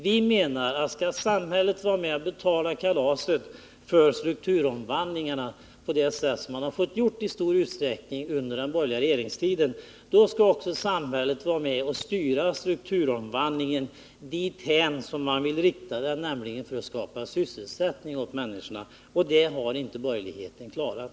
Vi menar att skall samhället vara med och betala kalaset för strukturomvandlingen, som det i stor utsträckning har fått göra under den borgerliga regeringstiden, skall samhället också vara med och styra strukturomvandlingen i en sådan riktning att sysselsättning skapas åt människorna. Det har inte borgerligheten klarat.